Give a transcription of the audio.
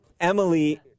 Emily